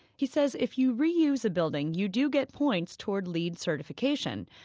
he says if you re-use a building, you do get points toward leed certification.